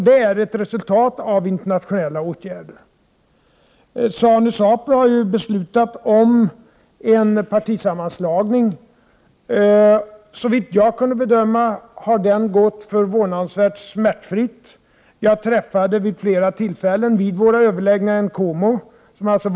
Det är ett resultat av internationella åtgärder. ZANU och ZAPU har fattat beslut om en partisammanslagning. Såvitt jag kan bedöma har den gått förvånansvärt smärtfritt. Vid våra överläggningar träffade jag vid flera tillfällen Nkomo som deltog.